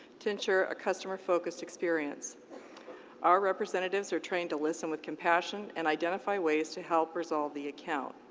to ensure a customer-focused experience our representatives are trained to listen with compassion and identify ways to help resolve the account.